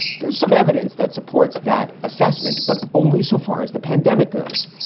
there's some evidence that supports that assessment, but only so far as the pandemic goes.